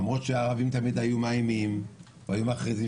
למרות שהערבים תמיד היו מאיימים והיו מכריזים